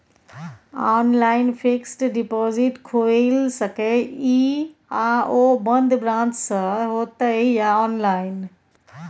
Online fixed deposit खुईल सके इ आ ओ बन्द ब्रांच स होतै या ऑनलाइन?